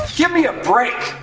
give me a break!